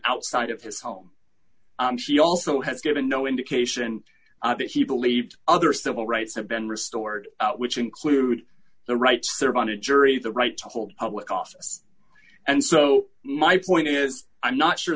outside of his home she also has given no indication that he believed other civil rights have been restored which include the right serve on a jury the right to hold public office and so my point is i'm not sure